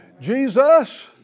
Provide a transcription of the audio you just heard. Jesus